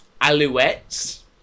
Alouettes